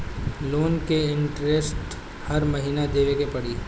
Loan के interest हर महीना देवे के पड़ी?